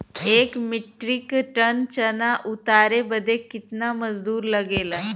एक metric ton चना उतारे बदे कितना मजदूरी लगे ला?